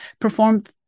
performed